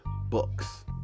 books